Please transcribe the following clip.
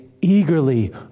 eagerly